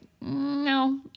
no